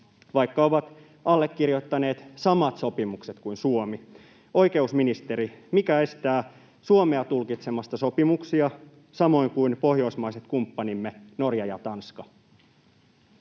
vaikka ovat allekirjoittaneet samat sopimukset kuin Suomi. Oikeusministeri, mikä estää Suomea tulkitsemasta sopimuksia samoin kuin pohjoismaiset kumppanimme Norja ja Tanska?